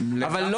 אבל לא